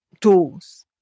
tools